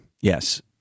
Yes